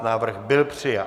Návrh byl přijat.